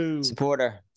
supporter